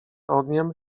ogniem